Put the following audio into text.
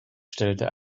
stellte